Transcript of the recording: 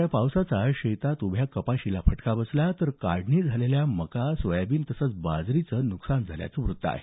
या पावसाचा शेतात उभ्या कपाशीला फटका बसला तर काढणी झालेल्या मका सोयाबीन तसंच बाजरीचंही नुकसान झाल्याचं वृत्त आहे